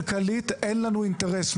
כלכלית אין לנו אינטרס,